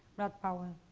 brad powell.